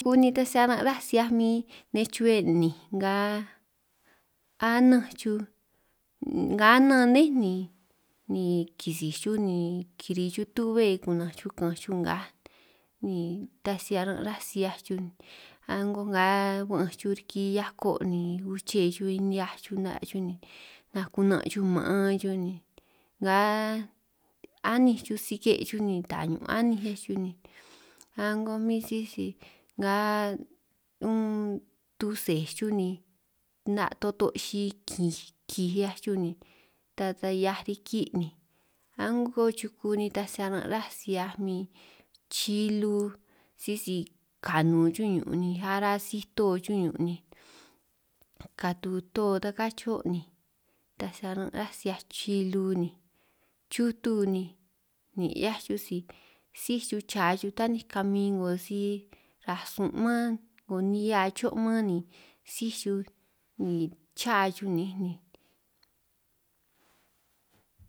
Chukun nitaj si aran' ráj si 'hiaj min nej chube 'ninj nga ananj chuj nga anán nné, ni kisij chuj ni kiri chuj tu'bbe kunanj chuj ka'anj chuj ngaj ni taj si aran' ráj si hiaj chuj, a'ngoj nga ba'anj chuj riki hiako' ni uche chuj ni nihiaj chuj 'na' chuj ni nakunanj chuj ma'an chuj ni nga anínj chuj sike' chuj ni tañun aninj 'hiaj chuj ni, a'ngo bin sisi nga tuse chuj ni 'na' toto' xi kin kij 'hiaj chuj ni, ta taj 'hiaj riki' ni a'ngo chuku nitaj si aran' ráj si 'hiaj min chilu sisi kanun' chuj ñun' ni ara si-to chuj ñun', ni katu to ta kán chihio ni ta si aran' rá si 'hiaj chilu ni chutu ni nin' 'hiaj chuj si, síj chuj cha taninj kamin 'ngo rasun' man 'ngo nihia cho' man ni síj chuj ni cha chuj ni ni.